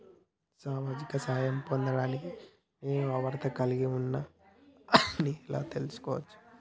సామాజిక సహాయం పొందడానికి నేను అర్హత కలిగి ఉన్న అని ఎలా తెలుసుకోవాలి?